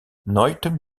nooit